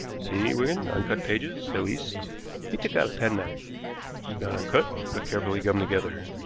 see, wigan, uncut pages at least he took out a penknife not uncut, but carefully gummed together.